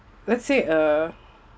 let's say uh